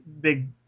big